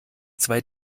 zwei